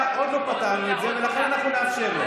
כרגע עוד לא פתרנו את זה, ולכן אנחנו נאפשר לו.